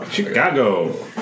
Chicago